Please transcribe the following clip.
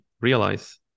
realize